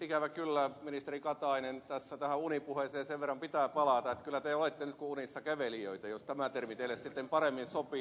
ikävä kyllä ministeri katainen tähän unipuheeseen sen verran pitää palata että kyllä te olette nyt kuin unissakävelijöitä jos tämä termi teille sitten paremmin sopii